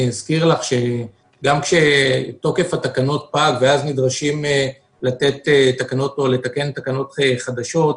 אזכיר לך שגם כשתוקף התקנות פג ואז נדרשים לתקן תקנות חדשות,